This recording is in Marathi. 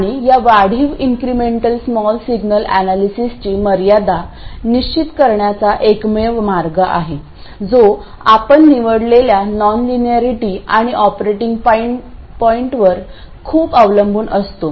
आणि या वाढीव इन्क्रिमेंटल स्मॉल सिग्नल अनालीसिसची मर्यादा निश्चित करण्याचा एकमेव मार्ग आहे जो आपण निवडलेल्या नॉनलिनियरिटी आणि ऑपरेटिंग पॉईंटवर खूप अवलंबून असतो